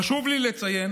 חשוב לי לציין